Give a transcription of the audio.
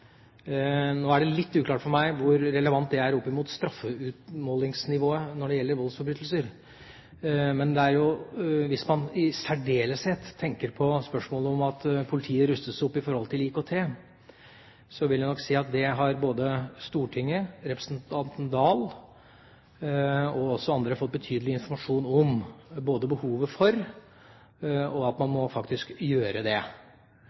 Nå er det litt uklart for meg hvor relevant det er opp mot straffeutmålingsnivået når det gjelder voldsforbrytelser, men hvis man i særdeleshet tenker på spørsmålet om at politiet rustes opp med hensyn til IKT, vil jeg nok si at både Stortinget, representanten Dahl og også andre har fått betydelig informasjon om behovet for det, og at man faktisk må gjøre det.